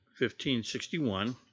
1561